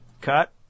Cut